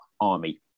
army